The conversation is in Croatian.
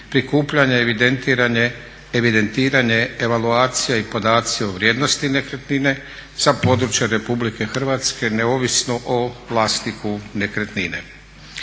prikupljanje, evidentiranje, evaluacija i podaci o vrijednosti nekretnine za područja Republike Hrvatske neovisno o vlasniku nekretnine.